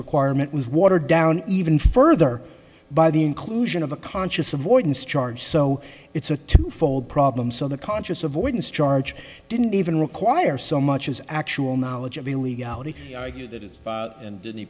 requirement was watered down even further by the inclusion of a conscious avoidance charge so it's a two fold problem so the conscious avoidance charge didn't even require so much as actual knowledge of the legality that is and